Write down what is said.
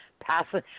Passing